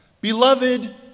Beloved